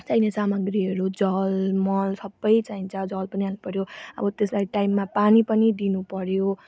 चाहिने सामग्रीहरू जल मल सबै चाहिन्छ जल पनि हाल्नुपऱ्यो अब त्यसलाई टाइममा पानी पनि दिनु पऱ्यो